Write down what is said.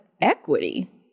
equity